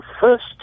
first